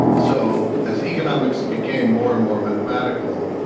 so as economics became more and more mathematical,